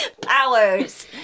Powers